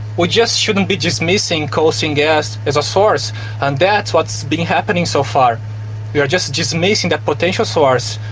we just shouldn't be dismissing coal seam gas as a source and that's what's been happening so far we are just dismissing that potential source,